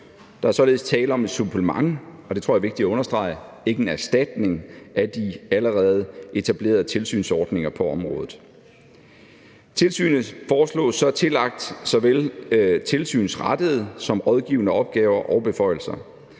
Der er således tale om et supplement – og det tror jeg er vigtigt at understrege: ikke en erstatning – til de allerede etablerede tilsynsordninger på området. Kl. 18:06 Tilsynet foreslås så tillagt såvel tilsynsrettede som rådgivende opgaver og beføjelser.